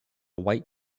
white